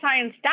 science